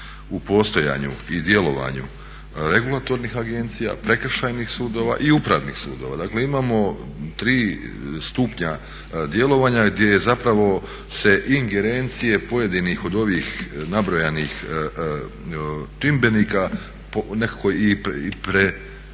u postojanju i djelovanju regulatornih agencija, prekršajnih sudova i upravnih sudova. Dakle imamo tri stupnja djelovanja gdje se ingerencije pojedinih od ovih nabrojanih čimbenika nekako i prelamaju